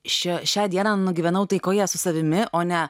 šią šią dieną nugyvenau taikoje su savimi o ne